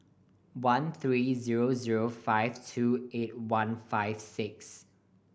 one three zero zero five two eight one five six